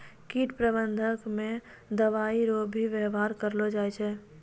कीट प्रबंधक मे दवाइ रो भी वेवहार करलो जाय छै